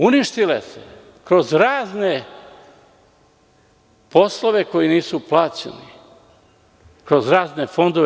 Uništile se kroz razne poslove koji nisu plaćeni, kroz razne fondove.